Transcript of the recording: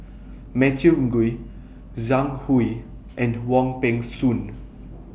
Matthew Ngui Zhang Hui and Wong Peng Soon